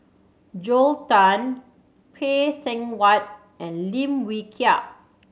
Joel Tan Phay Seng Whatt and Lim Wee Kiak